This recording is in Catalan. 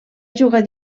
jugar